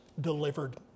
delivered